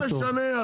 לא משנה.